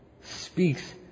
speaks